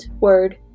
word